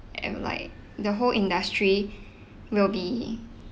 and like the whole industry will be